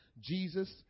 Jesus